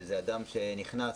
זה אדם שנכנס